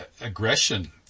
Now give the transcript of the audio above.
aggression